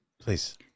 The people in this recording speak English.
Please